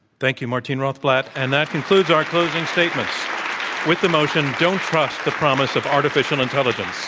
thank you, martine rothblatt. and that concludes our closing statements with the motion, don't trust the promise of artificial intelligence.